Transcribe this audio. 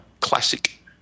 classic